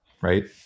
right